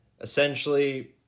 essentially